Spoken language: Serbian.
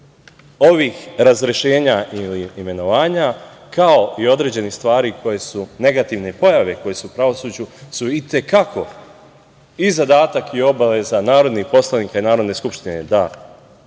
ovih razrešenja i imenovanja, kao i određenih stvari koje su negativne pojave koje su u pravosuđu su i te kako i zadatak i obaveza narodnih poslanika i Narodne skupštine, da ne